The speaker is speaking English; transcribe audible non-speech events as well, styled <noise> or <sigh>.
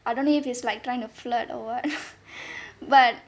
I don't know if he's like trying to flirt or [what] <laughs> but